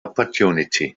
opportunity